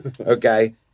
Okay